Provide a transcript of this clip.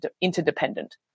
interdependent